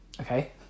okay